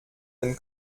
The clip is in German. den